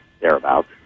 thereabouts